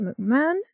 McMahon